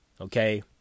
Okay